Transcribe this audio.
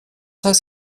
heißt